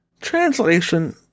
Translation